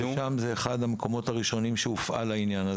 שזה אחד המקומות הראשונים שהעניין הזה הופעל בהם,